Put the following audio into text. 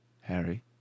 Harry